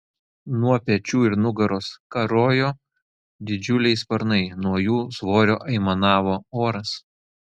nuo pečių ir nugaros karojo didžiuliai sparnai nuo jų svorio aimanavo oras